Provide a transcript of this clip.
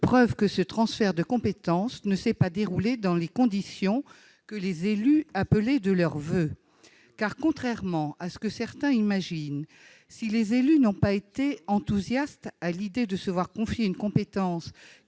preuve que ce transfert de compétence ne s'est pas déroulé dans les conditions que les élus appelaient de leurs voeux. Car, contrairement à ce que certains imaginent, si les élus n'ont pas été enthousiastes à l'idée de se voir confier une compétence